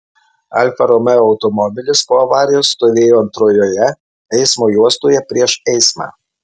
alfa romeo automobilis po avarijos stovėjo antrojoje eismo juostoje prieš eismą